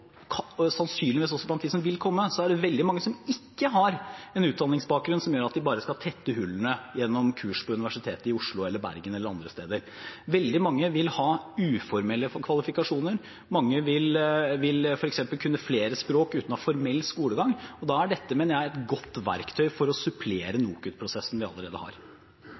sannsynligvis også blant dem som vil komme, er det veldig mange som ikke har en utdanningsbakgrunn som gjør at de bare kan tette hullene gjennom kurs på Universitetet i Oslo eller i Bergen eller andre steder. Veldig mange vil ha uformelle kvalifikasjoner. Mange vil f.eks. kunne flere språk uten å ha formell skolegang, og da er dette, mener jeg, er godt verktøy for å supplere NOKUT-prosessen vi allerede har.